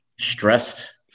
stressed